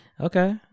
Okay